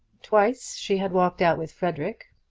twice she had walked out with frederic,